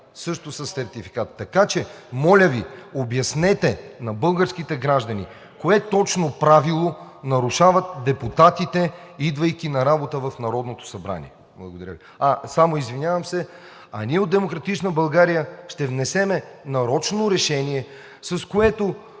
времето!“) Така че, моля Ви, обяснете на българските граждани кое точно правило нарушават депутатите, идвайки на работа в Народното събрание? Благодаря Ви. Само, извинявам се, а ние от „Демократична България“ ще внесем нарочно решение, с което